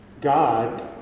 God